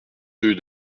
rue